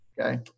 Okay